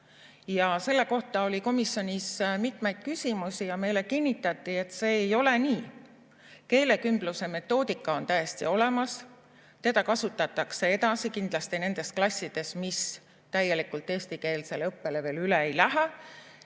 Selle kohta oli komisjonis mitmeid küsimusi ja meile kinnitati, et see ei ole nii. Keelekümbluse metoodika on täiesti olemas, seda kasutatakse edasi kindlasti nendes klassides, mis täielikult eestikeelsele õppele veel üle ei lähe.